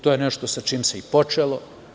To je nešto sa čim se i počelo.